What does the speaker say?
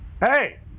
Hey